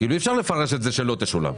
אי אפשר לפרש את זה שלא תשולם.